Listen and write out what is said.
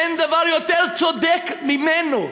אין דבר יותר צודק ממנו.